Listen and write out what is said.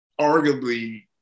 arguably